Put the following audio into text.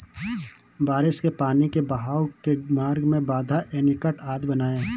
बारिश के पानी के बहाव के मार्ग में बाँध, एनीकट आदि बनाए